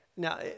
Now